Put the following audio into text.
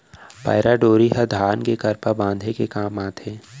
पैरा डोरी ह धान के करपा बांधे के काम आथे